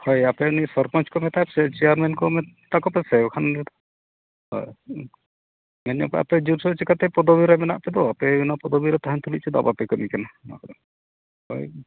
ᱦᱳᱭ ᱟᱯᱮ ᱱᱤᱭᱟᱹ ᱥᱚᱨᱯᱚᱧᱡᱽ ᱠᱚ ᱢᱮᱛᱟᱜᱼᱟ ᱥᱮ ᱪᱮᱭᱟᱨᱢᱮᱱ ᱠᱚ ᱢᱮᱛᱟ ᱠᱚᱯᱮ ᱥᱮ ᱵᱟᱠᱷᱟᱱ ᱦᱳᱭ ᱤᱱᱟᱹ ᱠᱚ ᱟᱯᱮ ᱡᱳᱨ ᱥᱳᱨ ᱪᱤᱠᱟᱹᱛᱮ ᱯᱚᱛᱚᱵᱤ ᱨᱮ ᱢᱮᱱᱟᱜ ᱯᱮᱫᱚ ᱟᱯᱮ ᱤᱱᱟᱹ ᱯᱚᱫᱚᱵᱤ ᱨᱮ ᱛᱟᱦᱮᱱ ᱛᱩᱞᱩᱡ ᱪᱮᱫᱟᱜ ᱵᱟᱯᱮ ᱠᱟᱹᱢᱤ ᱠᱟᱱᱟ ᱚᱱᱟ ᱠᱚᱫᱚ ᱦᱳᱭ